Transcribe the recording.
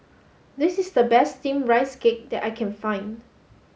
this is the best Steamed Rice Cake that I can find